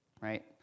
right